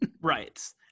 Right